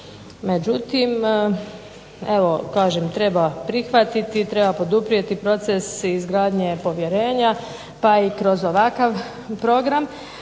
međutim evo kažem treba prihvatiti, treba poduprijeti proces izgradnje povjerenja pa i kroz ovakav program.